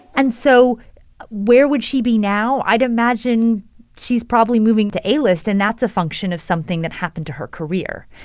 and so where would she be now? i'd imagine she's probably moving to a-list, and that's a function of something that happened to her career.